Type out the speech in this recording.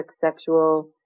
sexual